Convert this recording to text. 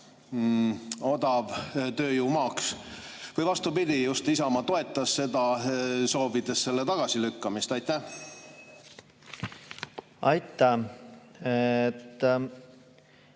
odavtööjõu maaks? Või vastupidi, just Isamaa toetas seda, soovides selle tagasilükkamist? Aitäh! Haaran